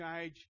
age